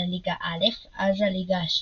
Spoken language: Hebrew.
לליגה א אז הליגה השנייה.